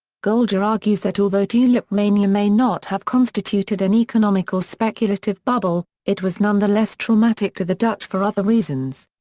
goldgar argues that although tulip mania may not have constituted an economic or speculative bubble, it was nonetheless traumatic to the dutch for other reasons.